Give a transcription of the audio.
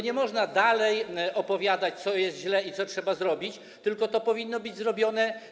Nie można bowiem dalej opowiadać, co jest źle i co trzeba zrobić, tylko powinno to być zrobione.